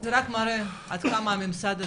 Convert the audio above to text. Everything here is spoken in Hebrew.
זה רק מראה עד כמה הממסד הזה,